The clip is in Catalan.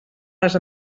les